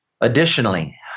Additionally